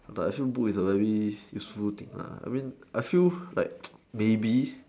like ask you put in salary useful thing lah I mean I feel like maybe